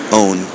own